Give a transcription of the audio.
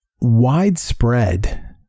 widespread